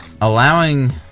allowing